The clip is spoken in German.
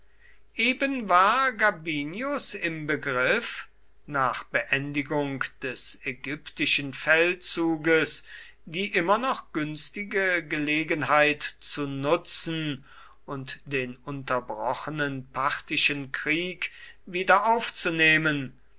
eben war gabinius im begriff nach beendigung des ägyptischen feldzuges die immer noch günstige gelegenheit zu nutzen und den unterbrochenen parthischen krieg